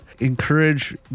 encourage